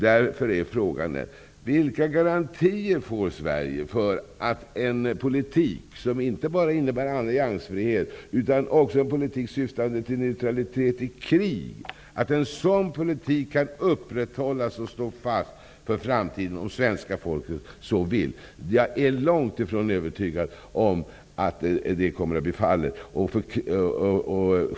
Därför är frågan: Vilka garantier får Sverige för att en politik som inte bara innebär alliansfrihet utan också syftar till neutralitet i krig kan upprätthållas och stå fast för framtiden, om svenska folket så vill? Jag är långt ifrån övertygad om att så kommer att bli fallet.